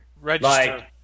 Register